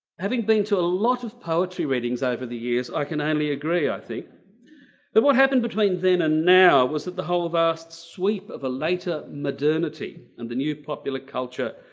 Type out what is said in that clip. having been to a lot of poetry readings over the years i can only agree i think that what happened between then and now was that the whole vast sweep of a later modernity and the new popular culture